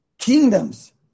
kingdoms